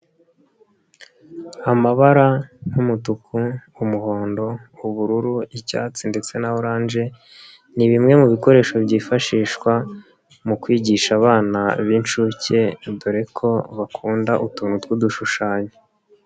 Amabara nk'umutuku, umuhondo, ubururu, icyatsi ndetse na oranje ni bimwe mu bikoresho byifashishwa mu kwigisha abana b'inshuke dore ko bakunda utuntu tw'udushushanyo.